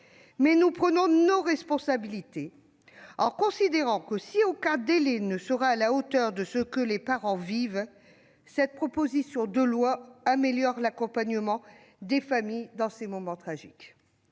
part, nous prenons nos responsabilités, en considérant que, si aucun délai ne sera à la hauteur de ce que les parents vivent, cette proposition de loi améliore l'accompagnement des familles dans ces moments tragiques.